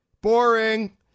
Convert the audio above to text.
boring